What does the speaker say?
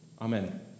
Amen